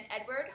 Edward